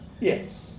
Yes